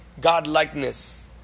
godlikeness